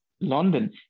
london